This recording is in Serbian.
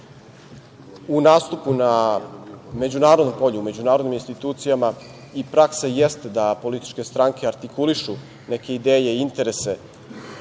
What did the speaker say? U nastupu na međunarodnom polju, u međunarodnim institucijama praksa jeste da političke stranke artikulišu neke ideje i interese tih